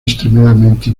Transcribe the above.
extremadamente